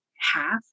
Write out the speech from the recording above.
half